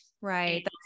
Right